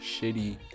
shitty